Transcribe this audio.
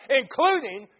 including